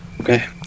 Okay